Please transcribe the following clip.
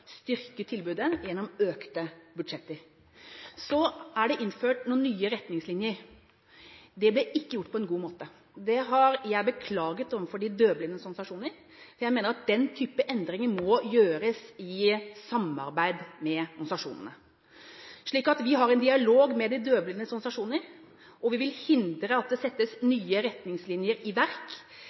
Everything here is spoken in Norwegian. styrke tilbudet gjennom økte budsjetter. Det er innført noen nye retningslinjer, men det ble ikke gjort på en god måte. Det har jeg beklaget overfor de døvblindes organisasjoner. Jeg mener at den type endringer må gjøres i et samarbeid med organisasjonene. Vi har en dialog med de døvblindes organisasjoner, og vi vil sørge for at nye retningslinjer praktiseres lempelig inntil man har fått til retningslinjer